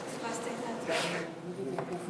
פספסתי את ההצבעה.